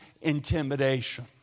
intimidation